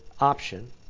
option